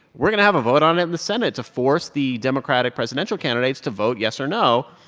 we're going to have a vote on it in the senate to force the democratic presidential candidates to vote yes or no.